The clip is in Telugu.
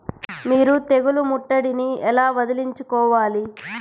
మీరు తెగులు ముట్టడిని ఎలా వదిలించుకోవాలి?